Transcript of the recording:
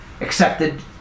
accepted